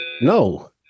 No